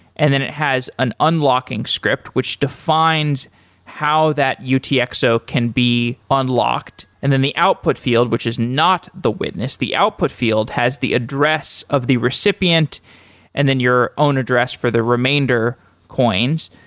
and then it has an unlocking script which defines how that utxo can be unlocked, and then the output field, which is not the witness. the output field has the address of the recipient and then your own address for the remainder coins.